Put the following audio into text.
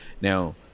Now